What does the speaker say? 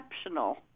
exceptional